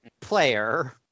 player